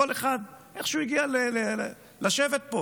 כל אחד איך שהוא הגיע לשבת פה